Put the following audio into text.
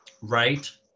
Right